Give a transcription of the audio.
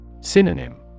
Synonym